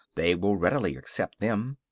they will readily accept them.